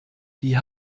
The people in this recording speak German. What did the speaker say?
die